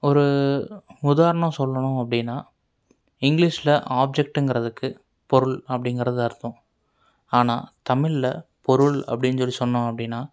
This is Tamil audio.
ஒரு உதாரணம் சொல்லணும் அப்படின்னா இங்கிலீஷில் ஆப்ஜெக்ட்டுங்கிறதுக்கு பொருள் அப்படிங்கிறது அர்த்தம் ஆனால் தமிழ்ல பொருள் அப்படின்னு சொல்லி சொன்னோம் அப்படின்னா